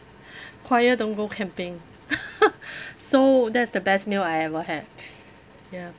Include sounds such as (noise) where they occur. choir don't go camping (laughs) so that's the best meal I ever had ya